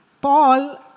Paul